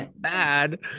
bad